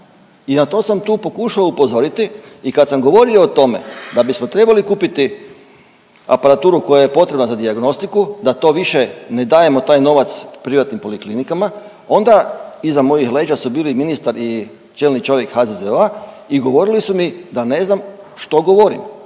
i na to sam tu pokušao upozoriti i kad sam govorio o tome da bismo trebali kupiti aparaturu koja je potrebna za dijagnostiku, da to više ne dajemo taj novac privatnim poliklinikama, onda iza mojih leđa su bili ministar i čelni čovjek HZZO-a i govorili su mi da ne znam što govorim